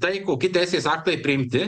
tai koki teisės aktai priimti